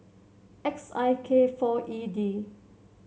X I K four E D